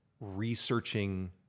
researching